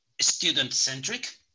student-centric